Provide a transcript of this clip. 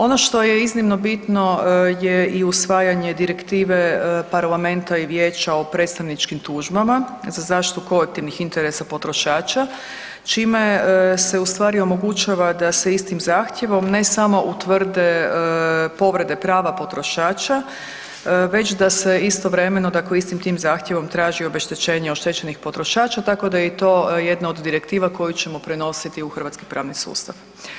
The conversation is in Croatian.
Ono što je iznimno bitno je i usvajanje direktive parlamenta i vijeća o predstavničkim tužbama za zaštitu kolektivnih interesa potrošača čime se ustvari omogućava da se istim zahtjevom ne samo utvrde povrede prava potrošača već da se istovremeno dakle istim tim zahtjevom traži obeštećenje oštećenih potrošača tako da je i to jedna od direktiva koju ćemo prenositi u hrvatski pravni sustav.